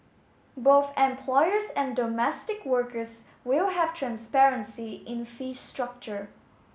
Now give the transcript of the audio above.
both employers and domestic workers will have transparency in fee structure